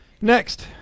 Next